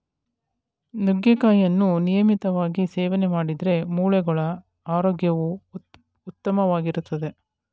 ನುಗ್ಗೆಕಾಯಿಯನ್ನು ನಿಯಮಿತವಾಗಿ ಸೇವನೆ ಮಾಡಿದ್ರೆ ಮೂಳೆಗಳ ಆರೋಗ್ಯವು ಉತ್ತಮವಾಗಿರ್ತದೆ